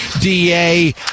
Da